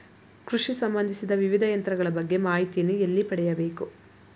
ಕೃಷಿ ಸಂಬಂದಿಸಿದ ವಿವಿಧ ಯಂತ್ರಗಳ ಬಗ್ಗೆ ಮಾಹಿತಿಯನ್ನು ಎಲ್ಲಿ ಪಡೆಯಬೇಕು?